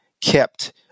kept